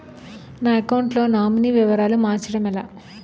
నా అకౌంట్ లో నామినీ వివరాలు మార్చటం ఎలా?